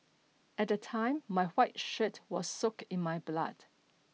at the time my white shirt was soaked in my blood